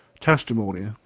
testimony